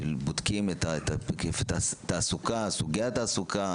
שבודקים את סוגי התעסוקה,